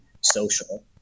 social